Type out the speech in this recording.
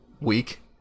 weak